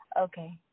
Okay